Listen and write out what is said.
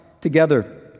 together